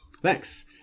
Thanks